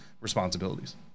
responsibilities